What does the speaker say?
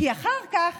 כי אחר כך